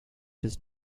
does